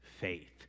faith